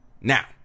Now